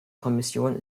kommission